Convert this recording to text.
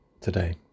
today